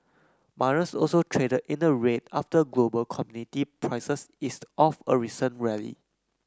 miners also traded in the red after global commodity prices eased off a recent rally